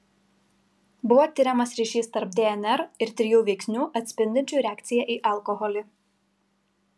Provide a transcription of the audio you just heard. buvo tiriamas ryšys tarp dnr ir trijų veiksnių atspindinčių reakciją į alkoholį